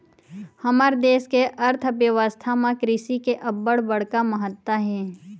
हमर देस के अर्थबेवस्था म कृषि के अब्बड़ बड़का महत्ता हे